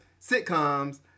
sitcoms